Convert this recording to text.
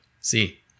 see